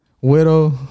Widow